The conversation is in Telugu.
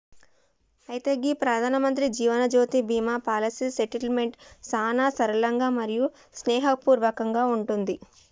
అయితే గీ ప్రధానమంత్రి జీవనజ్యోతి బీమా పాలసీ సెటిల్మెంట్ సానా సరళంగా మరియు స్నేహపూర్వకంగా ఉంటుంది